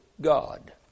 God